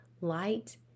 Light